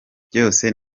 byose